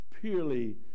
purely